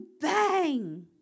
Bang